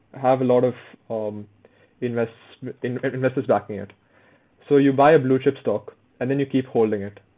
have a lot of um investment in~ investors backing it so you buy a blue chip stock and then you keep holding it